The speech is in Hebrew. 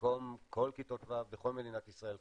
כל כיתות ו' בכל מדינת ישראל,